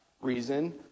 reason